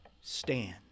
stand